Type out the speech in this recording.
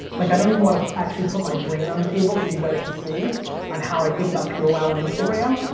like i don't even want to actually put my brain on the table for you guys to see on how i think about purewow and instagram.